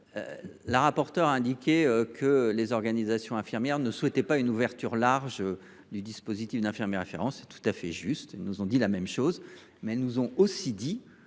La rapporteure a indiqué que les organisations infirmières ne souhaitaient pas une ouverture large du dispositif d’infirmier référent, ce qui est tout à fait juste. Elles nous ont dit la même chose, mais elles ont aussi